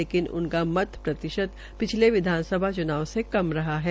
लेकिन उनका मत प्रतिशत पिछले विधानसभा चुनाव से कम रहा है